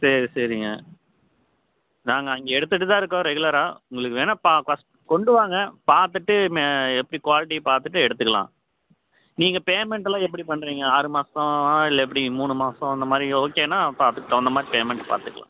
சரி சரிங்க நாங்கள் அங்கே எடுத்துகிட்டு தான் இருக்கோம் ரெகுலராக உங்களுக்கு வேணா பா ஃபர்ஸ்ட் கொண்டு வாங்க பார்த்துட்டு மே எப்படி குவாலிட்டியை பார்த்துட்டு எடுத்துக்கலாம் நீங்கள் பேமெண்ட்டெல்லாம் எப்படி பண்ணுறீங்க ஆறு மாதமா இல்லை எப்படி மூணு மாதம் அந்த மாதிரி ஓகேன்னா பார்த்துட்டு தகுந்த மாதிரி பேமெண்ட் பார்த்துக்கலாம்